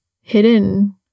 hidden